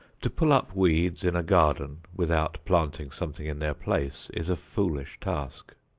to pull up weeds in a garden without planting something in their place is a foolish task.